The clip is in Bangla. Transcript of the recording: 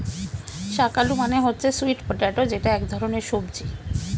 শাক আলু মানে হচ্ছে স্যুইট পটেটো যেটা এক ধরনের সবজি